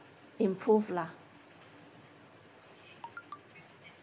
improve lah